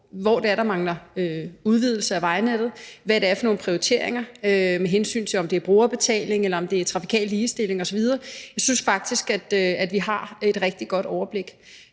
er, der mangler udvidelse af vejnettet, og hvad det er for nogle prioriteringer, der er med hensyn til brugerbetaling eller trafikal ligestilling osv. Jeg synes faktisk, at vi har et rigtig godt overblik.